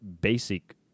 basic